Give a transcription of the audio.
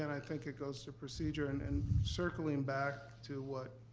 i think it goes to procedure. and and circling back to what,